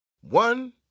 One